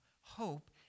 hope